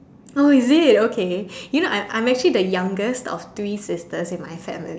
oh is it okay you know I I'm actually the youngest of three sisters in my family